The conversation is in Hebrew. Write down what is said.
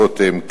רותם,